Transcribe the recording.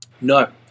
No